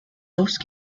those